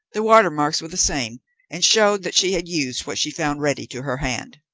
the watermarks were the same and showed that she had used what she found ready to her hand.